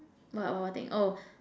what what what thing oh